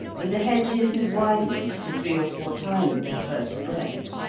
and the hedges had widened to three or four times their first breadth,